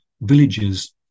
villages